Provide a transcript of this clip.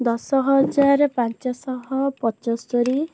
ଦଶହଜାର ପାଞ୍ଚଶହ ପଞ୍ଚୋସ୍ତରୀ